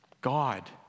God